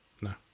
No